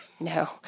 No